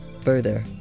Further